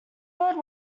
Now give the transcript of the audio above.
bird